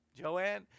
Joanne